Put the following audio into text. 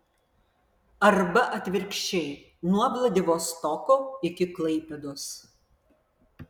arba atvirkščiai nuo vladivostoko iki klaipėdos